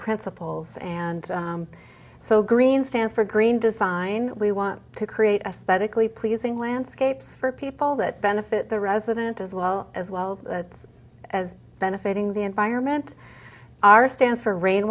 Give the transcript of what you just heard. principles and so green stands for green design we want to create aesthetically pleasing landscapes for people that benefit the resident as well as well as benefiting the environment our stance for